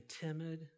timid